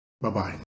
Bye-bye